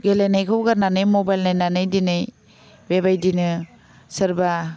गेलेनायखौ गारनानै मबाइल नायनानै दिनै बेबायदिनो सोरबा